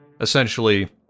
essentially